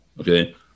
Okay